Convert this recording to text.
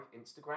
Instagram